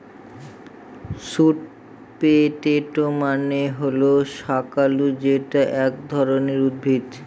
sweet potato মানে হল শাকালু যেটা এক ধরনের উদ্ভিদ